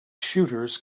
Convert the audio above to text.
shooters